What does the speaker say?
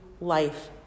life